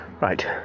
Right